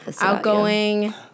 outgoing